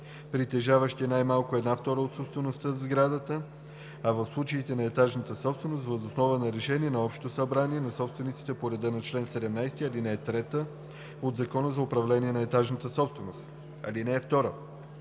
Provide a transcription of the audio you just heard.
притежаващи най-малко една втора от собствеността в сградата, а в случаите на етажна собственост – въз основа на решение на общото събрание на собствениците по реда на чл. 17, ал. 3 от Закона за управление на етажната собственост. (2)